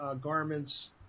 garments